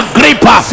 gripper